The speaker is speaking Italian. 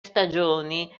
stagioni